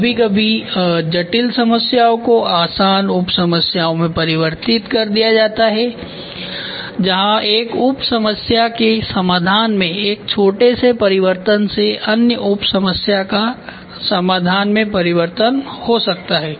कभी कभी जटिल समस्याओं को आसान उप समस्याओं में परिवर्तित कर दिया जाता है जहां एक उप समस्या के समाधान में एक छोटे से परिवर्तन से अन्य उप समस्या समाधान में परिवर्तन हो सकता है